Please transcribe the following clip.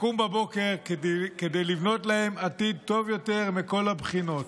לקום בבוקר כדי לבנות להם עתיד טוב יותר מכל הבחינות.